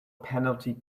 penalty